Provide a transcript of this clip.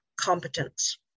competence